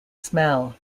smell